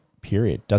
period